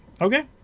Okay